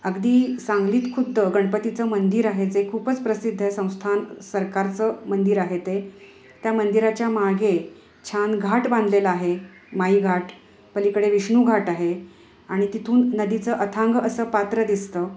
अगदी सांगलीत खुद्द गणपतीचं मंदिर आहे जे खूपच प्रसिद्ध आहे संस्थान सरकारचं मंदिर आहे ते त्या मंदिराच्या मागे छान घाट बांधलेला आहे माई घाट पलिकडे विष्णू घाट आहे आणि तिथून नदीचं अथांग असं पात्र दिसतं